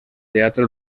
teatro